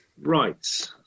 Right